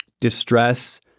distress